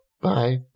bye